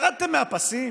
ירדתם מהפסים?